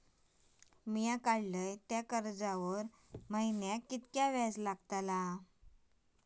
मी काडलय त्या कर्जावरती महिन्याक कीतक्या व्याज लागला?